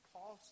Paul